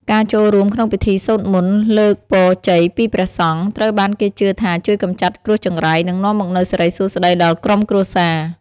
ការចូលរួមក្នុងពិធីសូត្រមន្តលើកពរជ័យពីព្រះសង្ឃ ត្រូវបានគេជឿថាជួយកម្ចាត់គ្រោះចង្រៃ និងនាំមកនូវសិរីសួស្តីដល់ក្រុមគ្រួសារ។